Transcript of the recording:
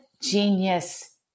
genius